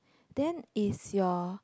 then is your